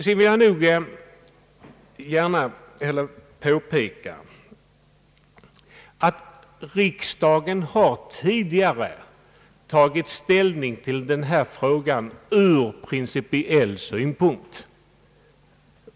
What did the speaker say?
Jag vill gärna påpeka att riksdagen tidigare tagit ställning till denna fråga från principiell synpunkt.